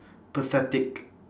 pathetic